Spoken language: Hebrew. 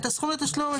את הסכום לתשלום,